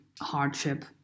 hardship